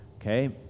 Okay